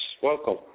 welcome